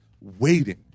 waiting